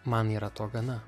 man yra to gana